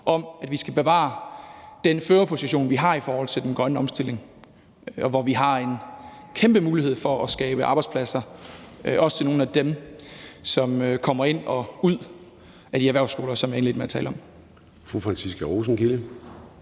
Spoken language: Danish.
om, at vi skal bevare den førerposition, vi har, i forhold til den grønne omstilling, hvor vi har en kæmpe mulighed for at skabe arbejdspladser, også til nogle af dem, som kommer ind på og ud af de erhvervsskoler, som jeg indledte med at tale om.